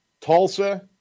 Tulsa